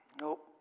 Nope